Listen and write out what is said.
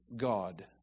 God